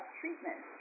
treatment